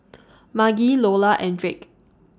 Margy Lola and Drake